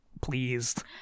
pleased